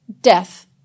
Death